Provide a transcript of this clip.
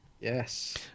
Yes